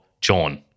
John